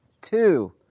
Two